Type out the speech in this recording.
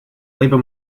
labor